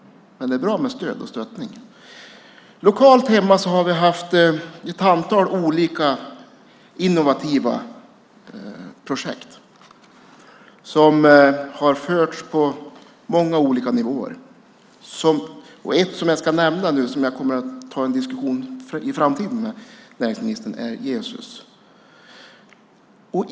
Men det är förstås bra med stöd och stöttning. Lokalt där hemma har vi haft ett antal olika innovativa projekt som har förts på många olika nivåer. Ett som jag ska nämna nu, och som jag kommer att ta en diskussion om i framtiden med näringsministern, är Geosus.